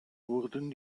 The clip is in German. wurden